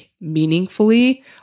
meaningfully